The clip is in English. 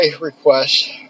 request